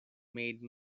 made